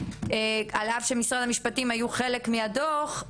על אף שמשרד המשפטים היו חלק מהדו"ח,